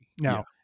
Now